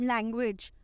Language